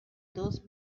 those